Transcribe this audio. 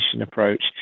approach